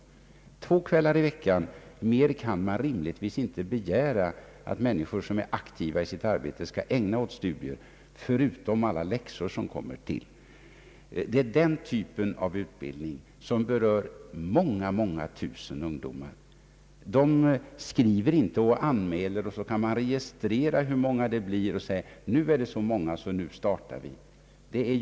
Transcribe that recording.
Mer än två kvällar i veckan kan man rimligen inte begära att människor som är aktiva i sitt arbete skall ägna åt studier, förutom alla läxor som kommer tilll Den typen av utbildning berör många många tusen ungdomar. De skriver inte och anmäler sig, så det registreras inte hur många de är. Om så skedde, skulle det ju vara möjligt att starta kurser med ledning av dessa siffror.